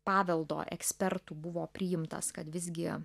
paveldo ekspertų buvo priimtas kad visgi